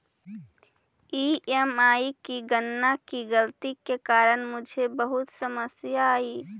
EMI की गणना की गलती के कारण मुझे बहुत समस्या आई